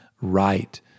right